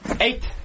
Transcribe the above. Eight